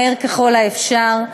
מהר ככל האפשר,